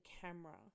camera